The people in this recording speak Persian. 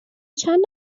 چند